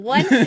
One